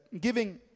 giving